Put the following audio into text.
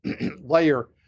layer